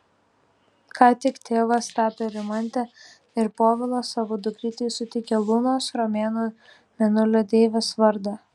ką tik tėvas tapę rimantė ir povilas savo dukrytei suteikė lunos romėnų mėnulio deivės vardą